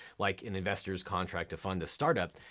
like an investor's contract to fund a startup,